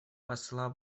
посла